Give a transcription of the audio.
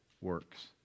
works